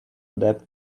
depth